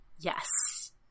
Yes